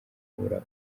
kubura